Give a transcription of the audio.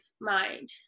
mind